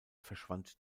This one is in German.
verschwand